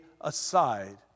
aside